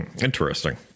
Interesting